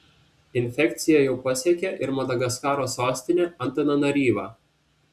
infekcija jau pasiekė ir madagaskaro sostinę antananaryvą